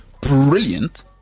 brilliant